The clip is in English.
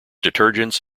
detergents